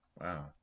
Wow